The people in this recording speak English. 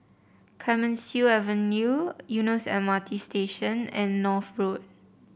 Clemenceau Avenue Eunos M R T Station and North Road